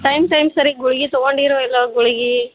time time ಸರೀಗೆ ಗುಳ್ಗೆ ತಗೊಂಡಿರೋ ಇಲ್ವೋ ಗುಳ್ಗೆ